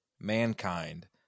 Mankind